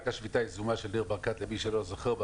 הייתה שביתה יזומה של ניר ברקת למי שלא זוכר.